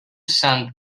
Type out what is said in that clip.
sant